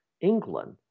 England